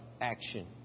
action